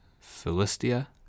Philistia